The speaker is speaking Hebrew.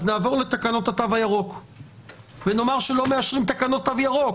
אז נעבור לתקנות התו הירוק ונאמר שלא מאשרים תקנות תו ירוק.